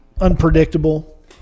unpredictable